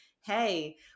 hey